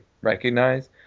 recognize